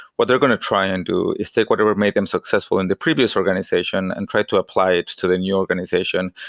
what they're going to try and do is take whatever made them successful in the previous organization and try to apply it to the new organization,